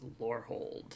Lorhold